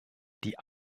die